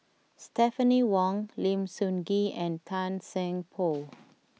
Stephanie Wong Lim Sun Gee and Tan Seng Poh